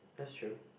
that's true